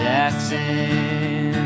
Jackson